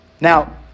Now